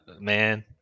man